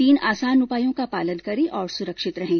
तीन आसान उपायों का पालन करें और सुरक्षित रहें